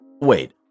Wait